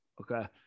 okay